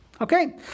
Okay